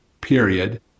period